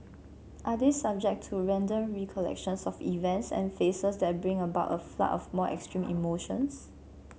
are they subject to random recollections of events and faces that bring about a flood of more extreme emotions